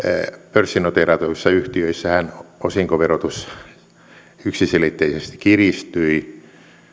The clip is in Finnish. pörssinoteerattavissa yhtiöissähän osinkoverotus yksiselitteisesti kiristyi